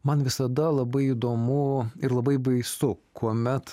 man visada labai įdomu ir labai baisu kuomet